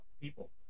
people